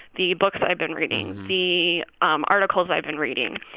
the books i've been reading, the um articles i've been reading,